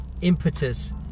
impetus